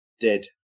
Dead